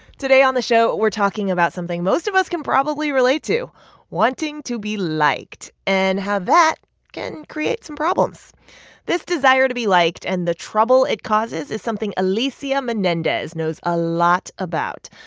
today on the show, we're talking about something most of us can probably relate to wanting to be liked and how that can create some problems this desire to be liked and the trouble it causes is something alicia menendez knows a lot about.